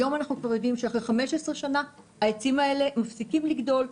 היום אנחנו כבר יודעים שאחרי 15 שנה העצים האלה מפסיקים לגדול,